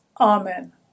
Amen